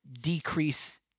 decrease